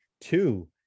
Two